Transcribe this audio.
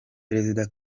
perezida